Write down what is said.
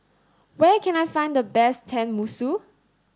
where can I find the best Tenmusu